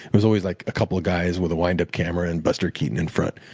it was always like a couple of guys with a windup camera and buster keaton in front.